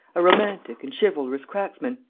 a romantic and chivalrous cracksman,